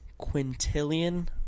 Quintillion